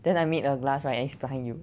then I made a glass right eh behind you